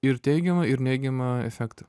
ir teigiamą ir neigiamą efektą